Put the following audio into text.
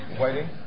waiting